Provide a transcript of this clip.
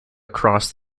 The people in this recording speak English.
across